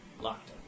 locked